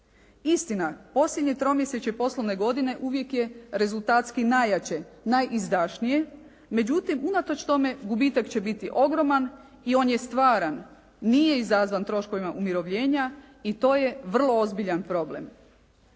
Istina, posljednje tromjesečje posljednje godine uvijek je rezultatski najjače, najizdašnije, međutim unatoč tome gubitak će biti ogroman i on je stvaran, nije izazvan troškovima umirovljenja i to je vrlo ozbiljan problem.